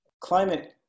climate